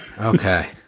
Okay